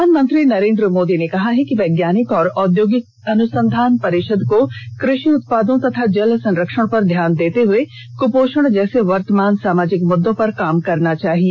प्रधानमंत्री नरेन्द्र मोदी ने कहा है कि वैज्ञानिक और औद्योगिक अनुसंधान परिषद को कृषि उत्पादों तथा जल संरक्षण पर ध्यान देते हुए कुपोषण जैसे वर्तमान सामाजिक मुद्दों पर काम करना चाहिए